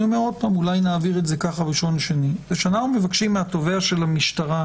היא שאנחנו מבקשים מהתובע של המשטרה,